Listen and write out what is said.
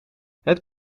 het